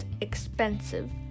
expensive